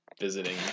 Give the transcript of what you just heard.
visiting